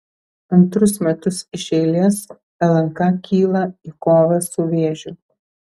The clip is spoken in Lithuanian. antrus metus iš eilės lnk kyla į kovą su vėžiu